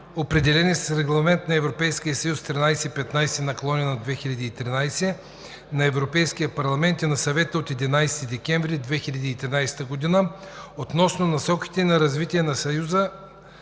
определени с Регламент на Европейския съюз 1315/2013 на Европейския парламент и на Съвета от 11 декември 2013 г. относно насоките на Съюза